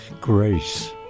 Grace